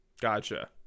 Gotcha